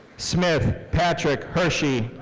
smith patrick hirschy.